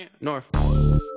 North